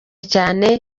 cyane